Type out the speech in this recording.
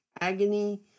agony